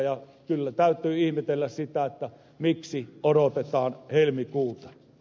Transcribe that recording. kyllä täytyy ihmetellä sitä miksi odotetaan helmikuuta